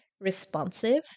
Responsive